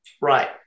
Right